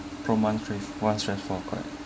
prompt one three